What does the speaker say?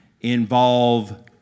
involve